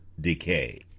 decay